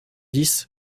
dix